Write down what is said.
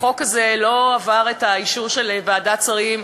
החוק הזה לא עבר את האישור של ועדת שרים,